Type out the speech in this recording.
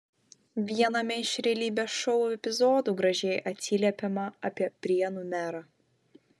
viename iš realybės šou epizodų gražiai atsiliepiama apie prienų merą